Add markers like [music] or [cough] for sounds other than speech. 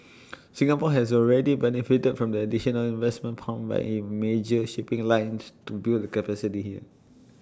[noise] Singapore has already benefited from the additional investments pumped when in major shipping lines to build the capacity here